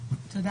תודה